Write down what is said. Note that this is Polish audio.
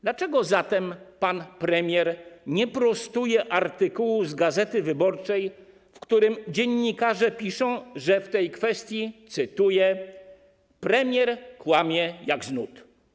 Dlaczego zatem pan premier nie prostuje artykułu z „Gazety Wyborczej”, w którym dziennikarze piszą, że w tej kwestii, cytuję: premier kłamie jak z nut?